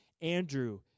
Andrew